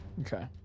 Okay